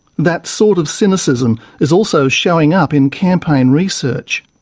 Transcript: that sort of cynicism is also showing up in campaign research,